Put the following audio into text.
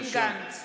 (קוראת